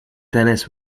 tennis